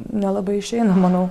nelabai išeina manau